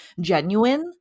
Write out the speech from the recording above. genuine